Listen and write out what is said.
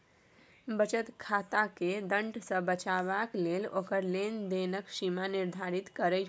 बचत खाताकेँ दण्ड सँ बचेबाक लेल ओकर लेन देनक सीमा निर्धारित करय पड़त